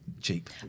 cheap